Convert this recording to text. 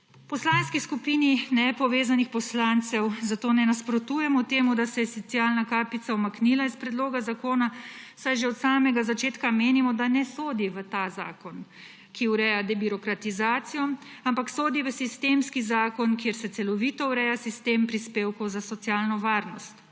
Poslanski skupini nepovezanih poslancev zato ne nasprotujemo temu, da se je socialna kapica umaknila iz predloga zakona, saj že od samega začetka menimo, da ne sodi v ta zakon, ki ureja debirokratizacijo, ampak sodi v sistemski zakon, kjer se celovito ureja sistem prispevkov za socialno varnost.